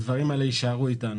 הדברים האלה יישארו איתנו,